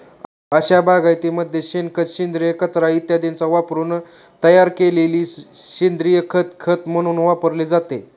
अशा बागायतीमध्ये शेणखत, सेंद्रिय कचरा इत्यादींचा वापरून तयार केलेले सेंद्रिय खत खत म्हणून वापरले जाते